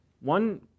one